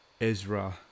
Ezra